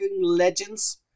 legends